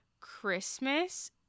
Christmas